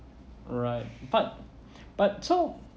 right but but so